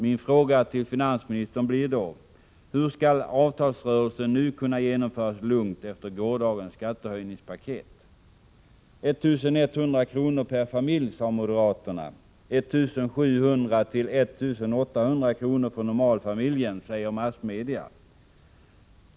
Min fråga till finansministern blir då: Hur skall avtalsrörelsen kunna genomföras lugnt efter gårdagens skattehöjningspaket? 1 100 kr. per familj, sade moderaterna. 1 700-1 800 kr. för normalfamiljen, säger massmedia.